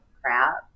crap